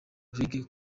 reggae